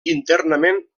internament